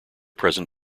present